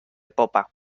popa